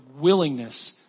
willingness